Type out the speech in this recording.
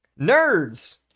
Nerds